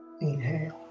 inhale